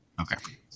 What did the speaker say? Okay